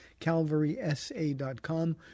calvarysa.com